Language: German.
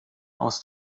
aus